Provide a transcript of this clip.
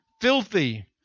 filthy